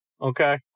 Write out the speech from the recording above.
okay